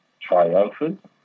triumphant